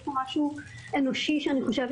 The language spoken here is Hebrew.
יש פה משהו אנושי ואני חושבת